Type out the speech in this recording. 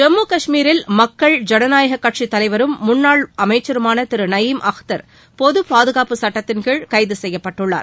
ஜம்மு காஷ்மீரில் மக்கள் ஜனநாயக கட்சி தலைவரும் முன்னாள் அமைச்சருமான திரு நயீம் அக்தர் பொது பாதுகாப்புச் சுட்டத்தின்கீழ் கைது செய்யப்பட்டுள்ளார்